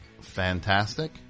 fantastic